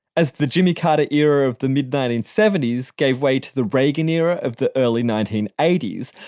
as the jimmy carter era of the mid nineteen seventy s gave way to the reagan era of the early nineteen eighty s,